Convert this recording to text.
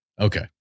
Okay